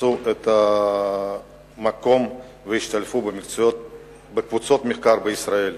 מצאו את מקומם והשתלבו בקבוצות מחקר בישראל.